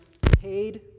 paid